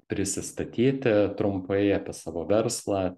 prisistatyti trumpai apie savo verslą